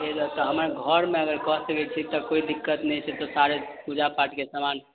छै जे तऽ हमर घरमे अगर कऽ सकैत छी तऽ कोइ दिक्कत नहि छै तऽ सारे पूजा पाठके समान